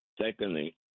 Secondly